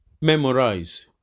Memorize